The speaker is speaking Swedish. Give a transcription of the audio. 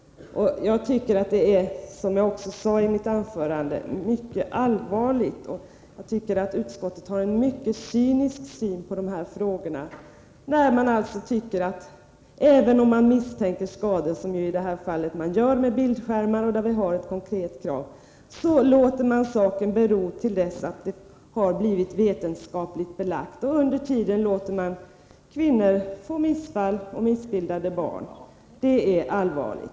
Jag tycker att detta är, som jag sade i mitt huvudanförande, mycket allvarligt. Utskottet har en mycket cynisk syn på dessa frågor. Man tycker alltså att även om man misstänker att skador kan uppstå — som i fråga om arbete vid bildskärmar, där vi har ett konkret krav — så låter man saken bero till dess att det finns vetenskapliga belägg. Under tiden låter man kvinnor få missfall och missbildade barn. Det tycker jag är allvarligt.